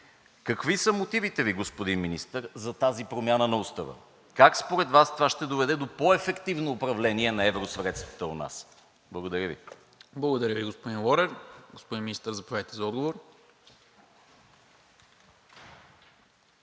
Какви са мотивите Ви, господин Министър, за тази промяна на Устава? Как според Вас това ще доведе до по-ефективно управление на евросредствата у нас? Благодаря Ви. ПРЕДСЕДАТЕЛ НИКОЛА МИНЧЕВ: Благодаря Ви, господин Лорер. Господин Министър, заповядайте за отговор.